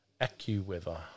AccuWeather